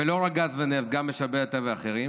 ולא רק גז ונפט, גם משאבי טבע אחרים